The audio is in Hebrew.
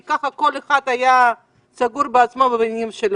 כי לפני כן כל אחד היה סגור בעצמו ובענייניו,